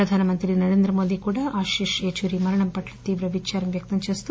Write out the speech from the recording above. ప్రధానమంత్రి నరేంద్రమోదీ కూడా ఆశిష్ మరణం పట్ల తీవ్ర విచారం వ్యక్తం చేశారు